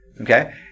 Okay